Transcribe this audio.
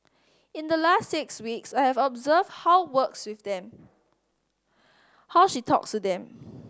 in the last six weeks I have observed how works with them how she talks to them